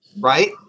right